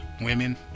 women